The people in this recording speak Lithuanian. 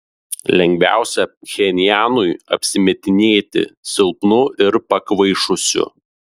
lengviausia pchenjanui apsimetinėti silpnu ir pakvaišusiu